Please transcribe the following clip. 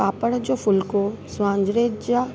पापड़ जो फुल्को स्वांजरे जा